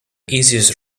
easiest